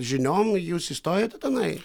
žiniom jūs įstojot į tenai